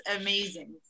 amazing